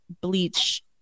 bleach